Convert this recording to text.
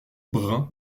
brun